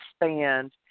expand